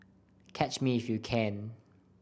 catch me if you can